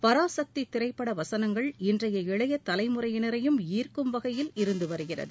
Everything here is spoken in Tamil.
பராசக்தி திரைப்பட வசனங்கள் இன்றைய இளைய தலைமுறையினரையும் ஈர்க்கும் வகையில் இருந்து வருகிறது